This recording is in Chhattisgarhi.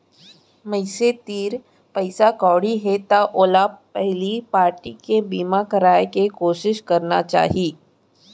मनसे तीर पइसा कउड़ी हे त ओला पहिली पारटी के बीमा कराय के कोसिस करना चाही